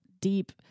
deep